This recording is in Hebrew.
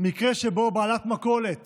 מקרה שבו בעלת מכולת